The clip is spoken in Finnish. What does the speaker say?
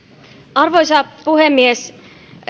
arvoisa puhemies